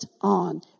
on